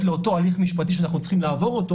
לאותו הליך משפטי שאנחנו צריכים לעבור,